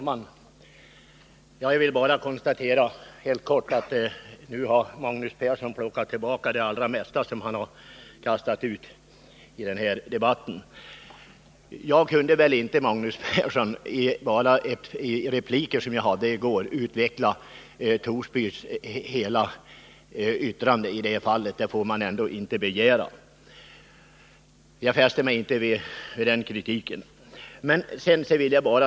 Herr talman! Jag vill bara helt kort konstatera att Magnus Persson nu har tagit tillbaka det allra mesta av det han kastat ut i den här debatten. Jag kunde ju inte, Magnus Persson, i de repliker jag hade i går redogöra för Torsby kommuns hela yttrande — det får man ändå inte begära. Jag fäster mig inte vid kritiken på den här punkten.